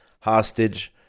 hostage